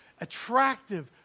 attractive